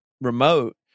remote